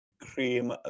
Cream